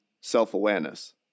self-awareness